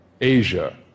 Asia